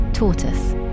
tortoise